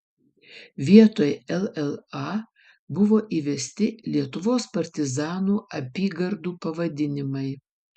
vietoj lla buvo įvesti lietuvos partizanų apygardų pavadinimai